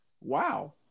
wow